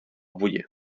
vodě